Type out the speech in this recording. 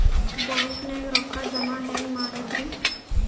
ಬ್ಯಾಂಕ್ದಾಗ ರೊಕ್ಕ ಜಮ ಹೆಂಗ್ ಮಾಡದ್ರಿ?